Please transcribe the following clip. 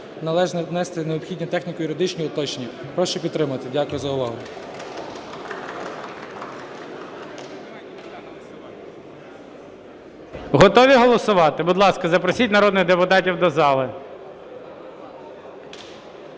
належно внести необхідні техніко-юридичні уточнення. Прошу підтримати. Дякую за увагу. ГОЛОВУЮЧИЙ. Готові голосувати? Будь ласка, запросіть народних депутатів до зали.